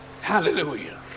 Hallelujah